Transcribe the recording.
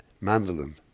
mandolin